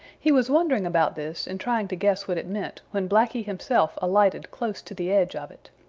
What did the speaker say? he was wondering about this and trying to guess what it meant, when blacky himself alighted close to the edge of it.